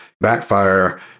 backfire